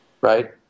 right